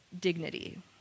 dignity